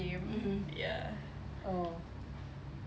mmhmm oh